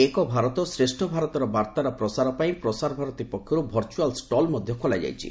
ଏକ ଭାରତ ଶ୍ରେଷ୍ଠ ଭାରତର ବାର୍ତ୍ତାର ପ୍ରସାର ପାଇଁ ପ୍ରସାର ଭାରତୀ ପକ୍ଷରୁ ଭର୍ଚ୍ଚଆଲ୍ ଷ୍ଟଲ୍ ଖୋଲାଯାଇଛି